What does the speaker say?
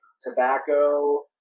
tobacco